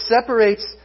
separates